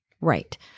Right